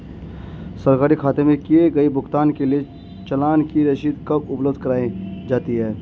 सरकारी खाते में किए गए भुगतान के लिए चालान की रसीद कब उपलब्ध कराईं जाती हैं?